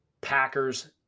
Packers